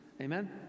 Amen